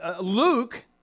Luke